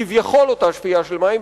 כביכול אותה שפיעה של מים,